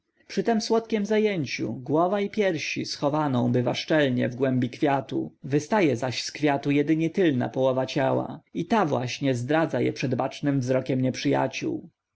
przy tem słodkiem zajęciu głowa i piersi schowaną bywa szczelnie w głębi kwiatu wystaje zaś z kwiatu jedynie tylna połowa ciała i ta właśnie zdradza je przed bacznym wzrokiem nieprzyjaciół